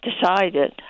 decided